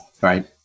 right